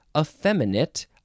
effeminate